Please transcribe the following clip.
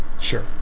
Sure